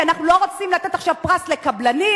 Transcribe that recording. כי אנחנו לא רוצים לתת עכשיו פרס לקבלנים